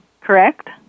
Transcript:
correct